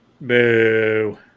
Boo